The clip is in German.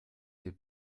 der